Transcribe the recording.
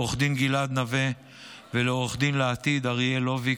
עו"ד גלעד נוה ולעו"ד לעתיד אריאל לוביק,